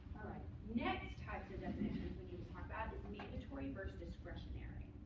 right. next types of definitions we need to talk about is mandatory versus discretionary.